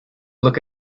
look